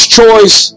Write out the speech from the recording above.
choice